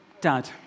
Dad